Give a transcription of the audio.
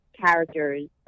characters